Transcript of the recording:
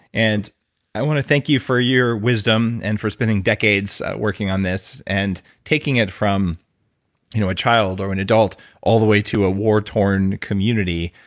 and i want to thank you for your wisdom and for spending decades working on this and taking it from you know a child or an adult all the way to a war-torn community.